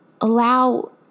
allow